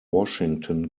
washington